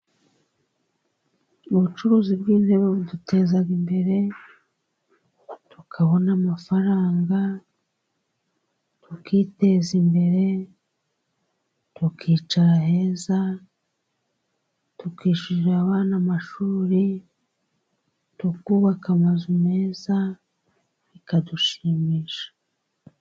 Ubucuzi bw'intebe buduteza imbere, tukabona amafaranga tukiteza imbere, tukicara heza tukishyurira abana amashuri, tukubaka amazu meza bikadushimisha.